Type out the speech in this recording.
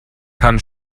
kann